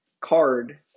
card